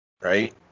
right